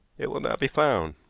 it will not be found.